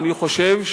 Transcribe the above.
אני חושב,